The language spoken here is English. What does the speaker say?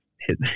hit